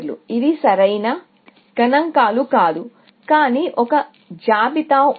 ఇవి సరైన గణాంకాలు కాదు కానీ ఒక జాబితా ఉంది